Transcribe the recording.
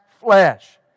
flesh